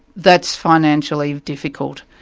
that's financially difficult.